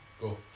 go